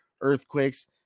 earthquakes